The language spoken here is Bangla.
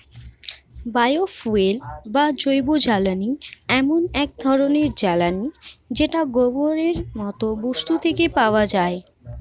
বায়ো ফুয়েল বা জৈবজ্বালানী এমন এক ধরণের জ্বালানী যেটা গোবরের মতো বস্তু থেকে পাওয়া যায়